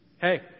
Hey